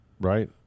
Right